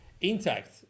intact